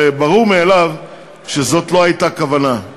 הרי ברור מאליו שזאת לא הייתה הכוונה.